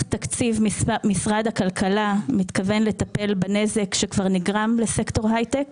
תקציב משרד הכלכלה מתכוון לטפל בנזק שכבר נגרם לסקטור הייטק